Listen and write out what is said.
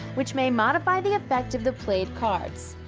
which may modify the effect of the played cards.